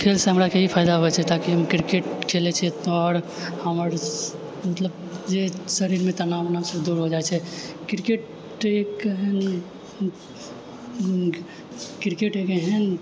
खेलसँ हमरा ई फायदा होइ छै ताकि हम किरकेट खेलै छिए आओर हमर मतलब हमर जे शरीरमे तानव उनाव छै से दूर हो जाइ छै किरकेट एक एहन